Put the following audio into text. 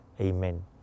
Amen